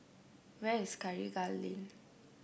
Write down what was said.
where is Karikal Lane